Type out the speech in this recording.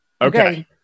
Okay